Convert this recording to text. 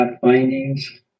findings